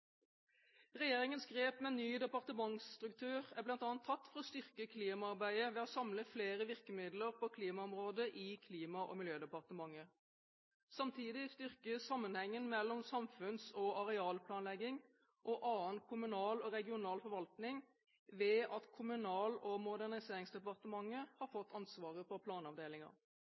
Regjeringens grep med ny departementsstruktur er bl.a. tatt for å styrke klimaarbeidet ved å samle flere virkemidler på klimaområdet i Klima- og miljødepartementet. Samtidig styrkes sammenhengen mellom samfunns- og arealplanlegging og annen kommunal og regional forvaltning ved at Kommunal- og moderniseringsdepartementet har fått ansvaret